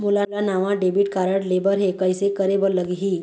मोला नावा debit card लेबर हे, कइसे करे बर लगही?